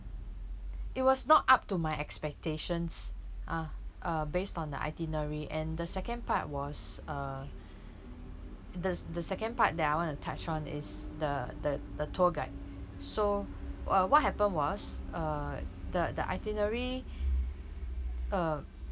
it was not up to my expectations ah uh based on the itinerary and the second part was uh the the second part that I want to touch on is the the the tour guide so uh what happened was uh the the itinerary uh